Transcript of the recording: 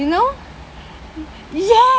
you know yes